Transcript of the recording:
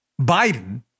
Biden